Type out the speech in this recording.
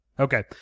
Okay